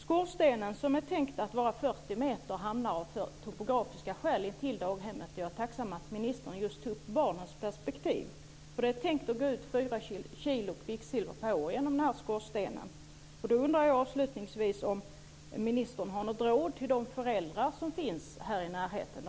Skorstenen, som är tänkt att vara 40 meter, hamnar av topografiska skäl intill daghemmet - jag är tacksam för att ministern tog upp just barnens perspektiv. Det är tänkt att 4 kilo kvicksilver per år ska gå ut genom den här skorstenen. Därför undrar jag avslutningsvis om ministern har något råd till de föräldrar som bor i närheten.